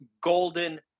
Golden